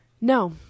no